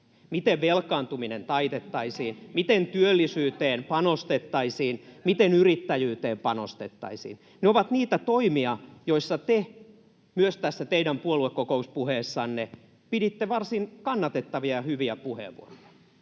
miten velkaantuminen taitettaisiin, miten työllisyyteen panostettaisiin, miten yrittäjyyteen panostettaisiin. Ne ovat niitä toimia, joista myös te tässä teidän puoluekokouspuheessanne piditte varsin kannatettavia, hyviä puheenvuoroja,